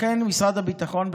לכן משרד הביטחון,